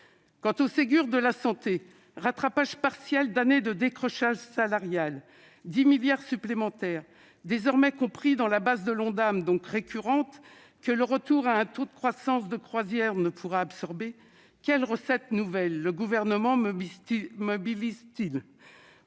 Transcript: Quant au Ségur de la santé, rattrapage partiel de longues années de décrochage salarial, il prévoit 10 milliards d'euros supplémentaires- désormais compris dans la base de l'Ondam et donc récurrents -que le retour à un taux de croissance de croisière ne pourra absorber. Quelles recettes nouvelles le Gouvernement mobilise-t-il